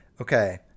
okay